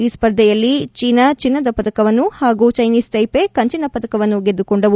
ಈ ಸ್ಪರ್ಧೆಯಲ್ಲಿ ಚೀನಾ ಚಿನ್ನದ ಪದಕವನ್ನು ಹಾಗೂ ಚೈನೀಸ್ ತೈಪೆ ಕಂಚಿನ ಪದಕವನ್ನು ಗೆದ್ದುಕೊಂಡವು